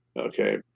Okay